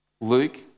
Luke